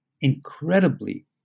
incredibly